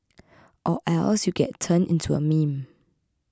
or else you get turned into a meme